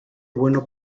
bueno